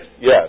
yes